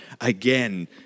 again